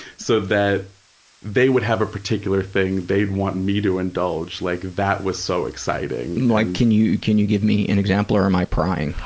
so that they would have a particular thing they'd want me to indulge, like, that was so exciting. like can you can you give me an example or am i prying?